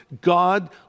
God